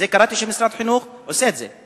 קראתי שמשרד החינוך עושה את זה.